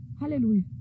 Hallelujah